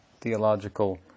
theological